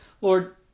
Lord